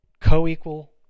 co-equal